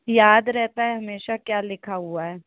याद रहता है हमेशा क्या लिखा हुआ है